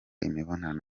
imibonano